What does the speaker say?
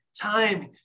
time